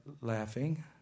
laughing